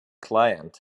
client